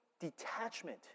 detachment